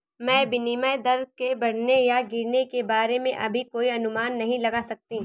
मैं विनिमय दर के बढ़ने या गिरने के बारे में अभी कोई अनुमान नहीं लगा सकती